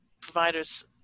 providers